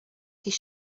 his